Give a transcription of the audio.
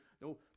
no